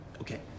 Okay